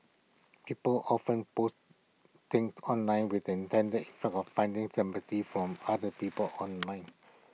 people often post things online with the intended effect of finding sympathy from other people online